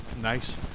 Nice